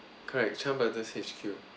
correct Chan brothers H_Q